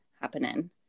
happening